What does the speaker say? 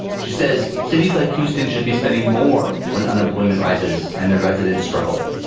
she says cities like houston should be spending more when unemployment rises and the residents struggle,